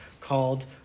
called